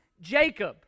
Jacob